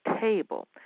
Table